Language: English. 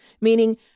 meaning